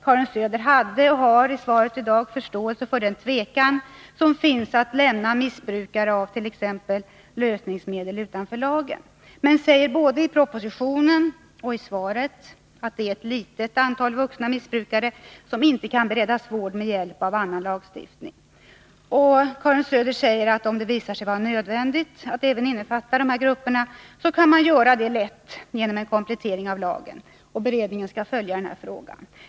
Karin Söder hade då — och har i svaret i dag — förståelse för den tvekan som finns inför att lämna missbrukare av t.ex. lösningsmedel utanför lagen. Men hon säger både i propositionen och i svaret att det är ett litet antal vuxna missbrukare som inte kan beredas vård med hjälp av annan lagstiftning. Och Karin Söder säger att om det visar sig vara nödvändigt att även innefatta dessa grupper, kan man lätt göra det genom en komplettering av lagen. Beredningen skall följa denna fråga.